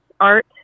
art